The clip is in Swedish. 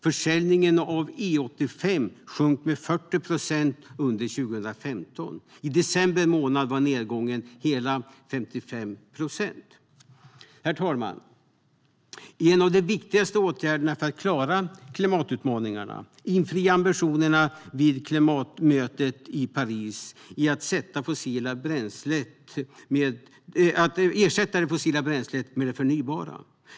Försäljningen av E85 sjönk med 40 procent under 2015. I december månad var nedgången hela 55 procent. Herr talman! En av de viktigaste åtgärderna för att klara klimatutmaningarna och infria ambitionerna vid klimatmötet i Paris är att ersätta det fossila bränslet med det förnybara.